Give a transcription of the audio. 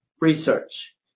research